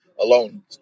alone